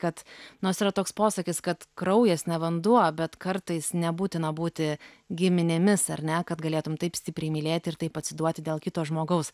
kad nors yra toks posakis kad kraujas ne vanduo bet kartais nebūtina būti giminėmis ar ne kad galėtum taip stipriai mylėti ir taip atsiduoti dėl kito žmogaus